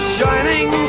Shining